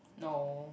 no